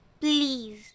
please